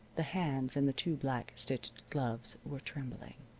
the hands in the too-black stitched gloves were trembling.